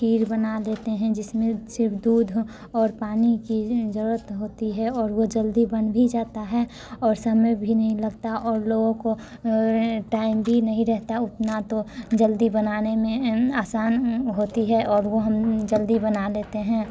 खीर बना देते हैं जिस में सिर्फ़ दूध हो और पानी की ज़रूरत होती है और वो जल्दी बन भी जाती है और समय भी नहीं लगता और लोगों को टाइम भी नहीं रहता उतना तो जल्दी बनाने में आसानी होती है वो हम जल्दी बना लेते हैं